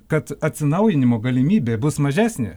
kad atsinaujinimo galimybė bus mažesnė